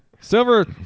Silver